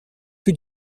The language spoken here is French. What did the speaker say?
plus